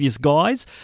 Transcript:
guys